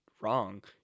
wrong